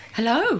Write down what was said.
Hello